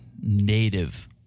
native